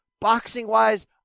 boxing-wise